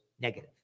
negative